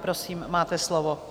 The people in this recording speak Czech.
Prosím, máte slovo.